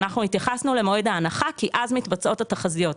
אנחנו התייחסנו למועד ההנחה כי אז מתבצעות התחזיות.